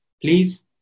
please